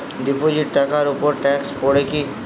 Deposit টাকার উপর tax পড়ে কি?